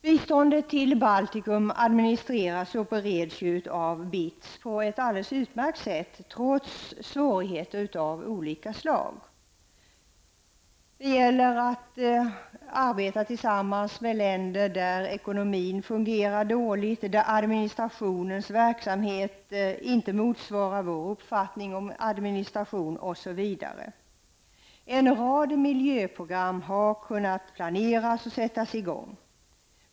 BITS på ett alldeles utmärkt sätt, trots svårigheter av olika slag. Det gäller att arbeta tillsammans med länder där ekonomin fungerar dåligt och där administrativ verksamhet inte motsvarar vad vi anser om t.ex. administration. En rad miljöprogram har kunnat planeras, och verksamheter har också kunnat komma i gång.